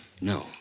No